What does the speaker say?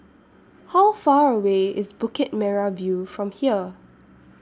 How Far away IS Bukit Merah View from here